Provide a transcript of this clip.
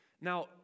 Now